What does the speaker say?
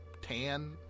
tan